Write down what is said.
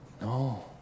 No